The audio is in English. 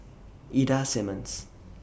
Ida Simmons